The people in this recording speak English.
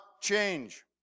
change